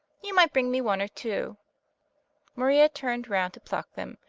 you might bring me one or two maria turned round to pluck them,